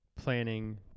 Planning